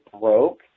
broke